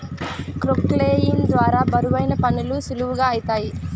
క్రొక్లేయిన్ ద్వారా బరువైన పనులు సులువుగా ఐతాయి